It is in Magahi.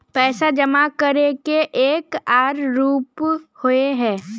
पैसा जमा करे के एक आर रूप होय है?